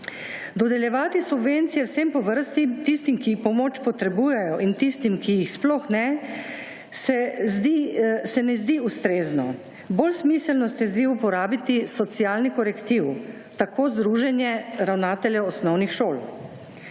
Dodeljevati subvencije vsem po vrsti, tistim, ki pomoč potrebujejo in tistim, ki jih sploh ne, se ne zdi ustrezno. Bolj smiselno se zdi uporabiti socialni korektiv, tako združenje ravnateljev osnovnih šol.